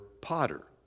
potter